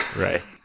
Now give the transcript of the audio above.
Right